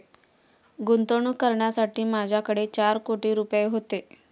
गुंतवणूक करण्यासाठी माझ्याकडे चार कोटी रुपये होते